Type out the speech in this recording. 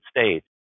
States